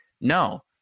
No